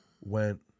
went